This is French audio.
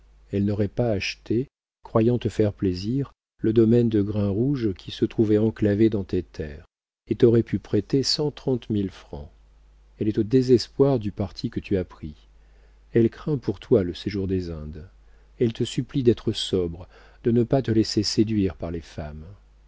elle n'aurait pas acheté croyant te faire plaisir le domaine de grainrouge qui se trouvait enclavé dans tes terres et t'aurait pu prêter cent trente mille francs elle est au désespoir du parti que tu as pris elle craint pour toi le séjour des indes elle te supplie d'être sobre de ne pas te laisser séduire par les femmes